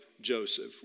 Joseph